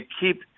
keep